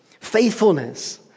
Faithfulness